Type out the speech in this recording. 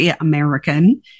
American